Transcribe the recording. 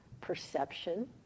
perception